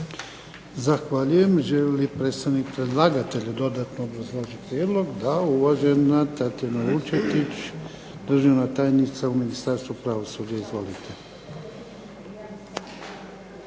Zahvaljujem. Želi li predstavnik predlagatelja dodatno obrazložiti prijedlog? Da. Uvažena Tatjana Vučetić, državna tajnica u Ministarstvu pravosuđa. Izvolite.